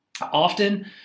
Often